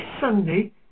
Sunday